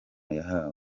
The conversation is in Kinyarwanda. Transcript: yahawe